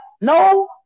no